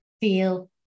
feel